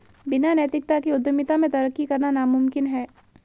बिना नैतिकता के उद्यमिता में तरक्की करना नामुमकिन है